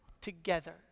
together